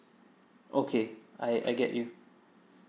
okay I I get you